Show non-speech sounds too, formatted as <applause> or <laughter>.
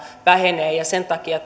vähenee ja sen takia <unintelligible>